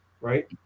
right